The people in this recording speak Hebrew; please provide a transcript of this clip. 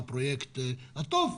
לפרויקט הטוב,